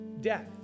Death